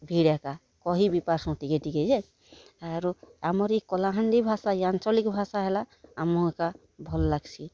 ଭିଡ଼୍ ଏକା କହିବି ପାର୍ସୁଁ ବି ଟିକେ ଟିକେ ଯେ ଆରୁ ଆମର୍ ଇ କଳାହାଣ୍ଡି ଭାଷା ଆଞ୍ଚଳିକ ଭାଷା ହେଲା ହେଲା ଆମର୍ ଏକା ଭଲ୍ ଲାଗ୍ସି